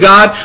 God